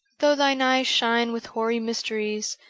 though thine eyes shine with hoary mysteries,